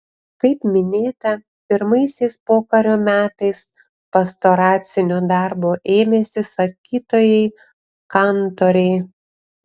kaip minėta pirmaisiais pokario metais pastoracinio darbo ėmėsi sakytojai kantoriai